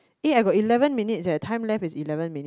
eh I got eleven minutes leh time left is eleven minutes